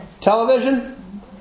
Television